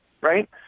right